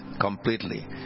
completely